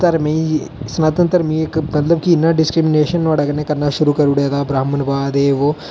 धर्मे गी सनातन धर्म गी इक मतलब कि इन्ना डिस्क्रिमीनेशन नुआढ़े कन्नै करना शुरु करी ओड़े दा ब्राह्मणवाद ऐ बो